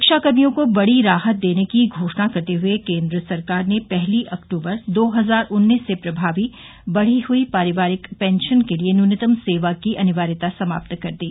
रक्षा कर्मियों को बड़ी राहत देने की घोषणा करते हुए केन्द्र सरकार ने पहली अक्टूबर दो हजार उन्नीस से प्रभावी बढ़ी हुई परिवार पेंशन के लिए न्यूनतम सेवा की अनिवार्यता समाप्त कर दी